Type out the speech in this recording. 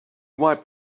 wiped